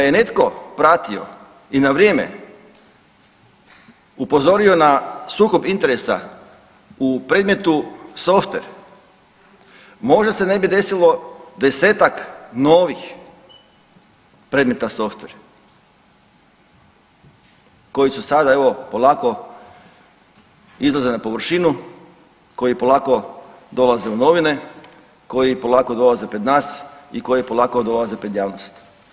Da je netko pratio i na vrijeme upozorio na sukob interesa u predmetu softver možda se ne bi desilo 10-tak novih predmeta softver koji su sada evo polako izlaze na površinu koji polako dolaze u novine, koji polako dolaze pred nas i koji polako dolaze pred javnosti.